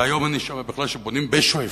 והיום אני שומע שבונים בשועפאט,